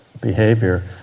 behavior